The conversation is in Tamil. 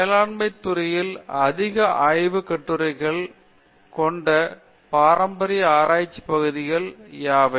மேலாண்மை துறையில் அதிக ஆய்வு கட்டுரைகள் கொண்ட பாரம்பரிய ஆராய்ச்சி பகுதிகள் யாவை